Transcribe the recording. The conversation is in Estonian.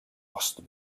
vastu